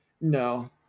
No